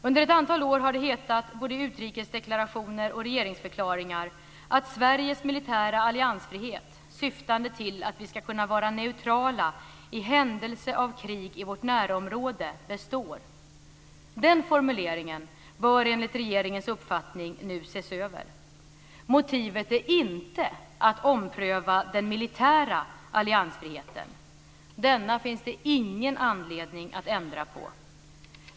Under ett antal år har det hetat, både i utrikesdeklarationer och regeringsförklaringar, att Sveriges militära alliansfrihet syftande till att vi ska kunna vara neutrala i händelse av krig i vårt närområde består. Den formuleringen bör enligt regeringens uppfattning nu ses över. Motivet är inte att ompröva den militära alliansfriheten. Den finns det ingen anledning att ändra på.